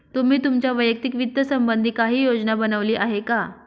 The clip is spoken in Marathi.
तुम्ही तुमच्या वैयक्तिक वित्त संबंधी काही योजना बनवली आहे का?